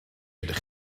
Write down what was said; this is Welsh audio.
ydych